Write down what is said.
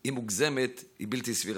היא מוגזמת ובלתי סבירה.